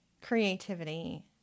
creativity